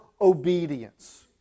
obedience